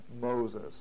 Moses